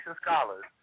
Scholars